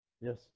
Yes